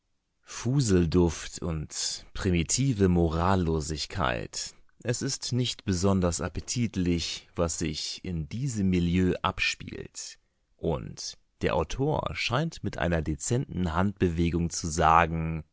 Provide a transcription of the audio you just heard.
ist fuselduft und primitive morallosigkeit es ist nicht besonders appetitlich was sich in diesem milieu abspielt und der autor scheint mit einer dezenten handbewegung zu sagen